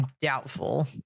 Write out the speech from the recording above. Doubtful